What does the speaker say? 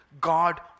God